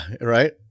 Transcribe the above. right